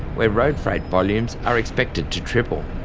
where road freight volumes are expected to triple.